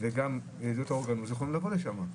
וגם ילדות האור הגנוז יכולות לבוא לשם.